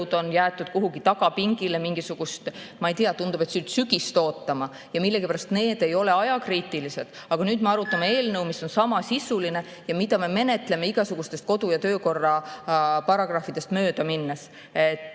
on jäetud kuhugi tagapingile mingisugust, ma ei tea, tundub, et sügist ootama. Millegipärast need ei ole ajakriitilised. Aga nüüd me arutame eelnõu, mis on samasisuline ja mida me menetleme igasugustest kodu- ja töökorra paragrahvidest mööda minnes. Ma